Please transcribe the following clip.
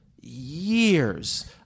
years